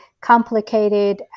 complicated